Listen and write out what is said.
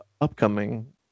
upcoming